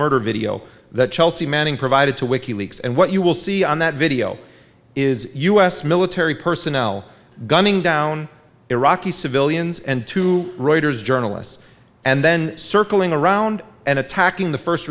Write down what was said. murder video that chelsea manning provided to wiki leaks and what you will see on that video is u s military personnel gunning down iraqi civilians and two reuters journalists and then circling around and attacking the first